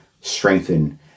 strengthen